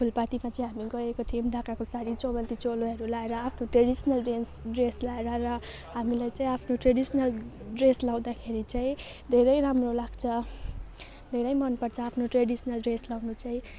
फुलपातीमा चाहिँ हामी गएको थियौँ ढाकाको साडी चौबन्दी चोलोहरू लगाएर आफ्नो ट्रेडिसनल ड्रेस ड्रेस लगाएर र हामीलाई चाहिँ आफ्नो ट्रेडिसनल ड्रेस लगाउँदाखेरि चाहिँ धेरै राम्रो लाग्छ धेरै मनपर्छ आफ्नो ट्रेडिसनल ड्रेस लगाउनु चाहिँ